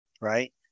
right